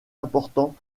importants